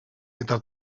eta